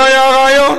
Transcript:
זה היה הרעיון,